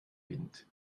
wind